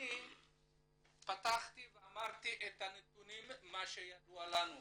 אני פתחתי ואמרתי את הנתונים שידועים לנו.